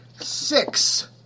Six